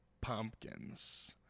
pumpkins